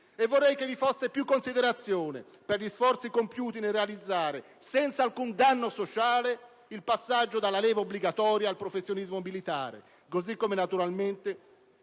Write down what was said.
Vorrei che vi fosse più considerazione per gli sforzi compiuti nel realizzare, senza alcun danno sociale, il passaggio dalla leva obbligatoria al professionismo militare; così come, naturalmente,